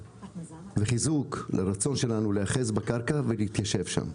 וחיזוק לרצון שלנו להיאחז בקרקע ולהתיישב שם.